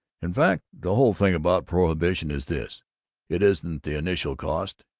in fact, the whole thing about prohibition is this it isn't the initial cost,